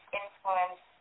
influence